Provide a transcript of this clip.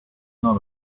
not